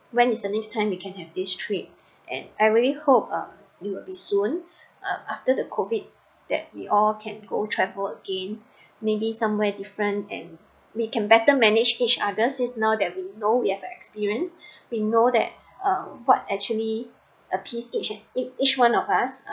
when is the next time we can have this trip and I really hope um it will be soon after the COVID that we all can go travel again maybe somewhere different and we can better manage each other since now that we know we have a experience we know that um what actually appease each and each one of us